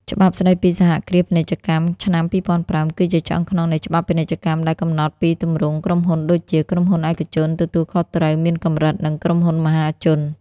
ច្បាប់ស្ដីពីសហគ្រាសពាណិជ្ជកម្មឆ្នាំ ២០០៥ គឺជាឆ្អឹងខ្នងនៃច្បាប់ពាណិជ្ជកម្ម ដែលកំណត់ពីទម្រង់ក្រុមហ៊ុនដូចជា ក្រុមហ៊ុនឯកជនទទួលខុសត្រូវមានកម្រិត និងក្រុមហ៊ុនមហាជន។